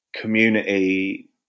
community